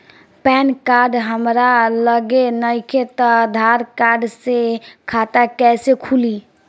Pan card हमरा लगे नईखे त आधार कार्ड से खाता कैसे खुली?